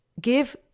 give